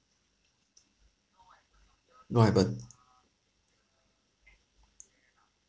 no haven't